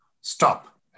stop